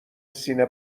سینه